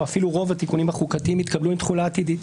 או אפילו רוב התיקונים החוקתיים התקבלו עם תחולה עתידית.